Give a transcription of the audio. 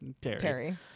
Terry